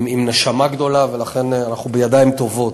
עם נשמה גדולה, ולכן אנחנו בידיים טובות.